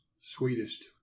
Sweetest